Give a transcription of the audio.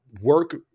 work